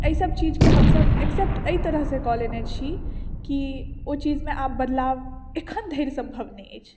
एहि सब चीज के हमसब एक्सैप्ट एहि तरहसॅं कऽ लेने छी कि ओ चीज मे आब बदलाव अखन धरि संभव नहि अछि